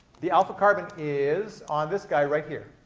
the alpha carbon is on this guy, right here.